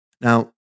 Now